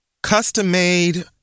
Custom-made